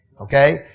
Okay